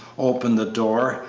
opened the door,